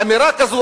אמירה כזאת,